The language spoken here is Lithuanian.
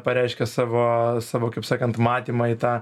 pareiškia savo savo kaip sakant matymą į tą